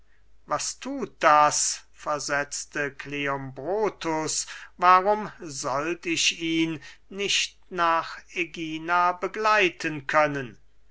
was thut das versetzte kleombrotus warum sollt ich ihn nicht nach ägina begleiten können